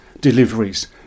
deliveries